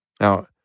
Now